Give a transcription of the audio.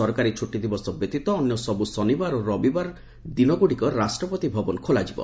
ସରକାରୀ ଛୁଟି ଦିବସ ବ୍ୟତୀତ ଅନ୍ୟ ସବୁ ଶନିବାର ଓ ରବିବାର ଦିନଗୁଡ଼ିକରେ ରାଷ୍ଟ୍ରପତି ଭବନ ଖୋଲାଯିବ